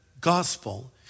Gospel